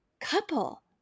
couple